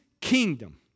kingdom